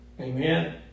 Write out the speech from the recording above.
Amen